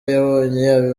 yabonye